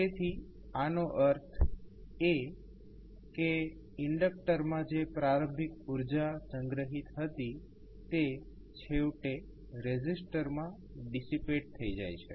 તેથી આનો અર્થ એ કે ઇન્ડક્ટરમાં જે પ્રારંભિક ઉર્જા સંગ્રહિત હતી તે છેવટે રેઝિસ્ટરમાં ડિસ્સીપેટ થઇ જાય છે